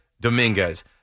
Dominguez